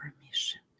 permission